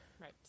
Right